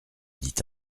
dit